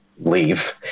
leave